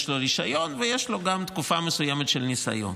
יש לו רישיון ויש לו גם תקופה מסוימת של ניסיון.